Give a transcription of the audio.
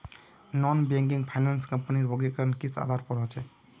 Non banking finance कंपनीर वर्गीकरण किस आधार पर होचे?